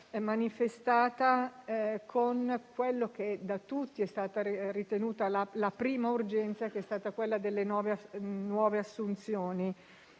è manifestata con quella che da tutti è stata ritenuta la prima urgenza, quella delle nuove assunzioni.